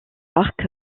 parc